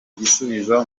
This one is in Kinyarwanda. gusubiza